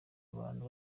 abantu